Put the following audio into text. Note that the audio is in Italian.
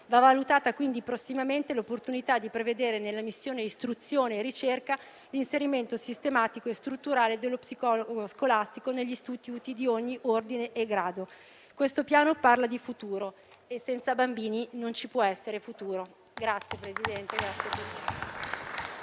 Va valutata, quindi, prossimamente l'opportunità di prevedere nella missione istruzione e ricerca l'inserimento sistematico e strutturale dello psicologo scolastico negli istituti di ogni ordine e grado. Questo Piano parla di futuro e senza bambini non ci può essere futuro. PRESIDENTE.